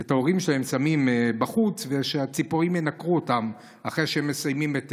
שאת ההורים שלהם שמים בחוץ ושהציפורים ינקרו אותם אחרי שהם מסיימים את